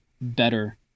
better